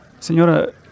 Señora